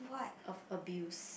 of abuse